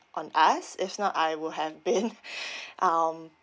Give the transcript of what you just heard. on us if not I would have been um